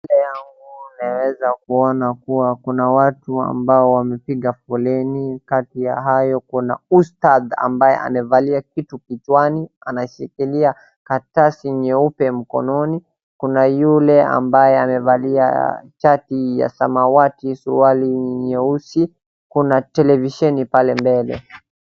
Mbele yangu naweza kuona kuwa kuna watu ambao wamepiga foleni kati ya hayo kuna ustadhi ambaye amevalia kitu kichwani, anashikilia karatasi nyeupe mkononi. Kuna yule ambaye amevalia shati ya samawati, suruali nyeusi, kuna televisheni pele mbele.